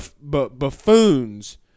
buffoons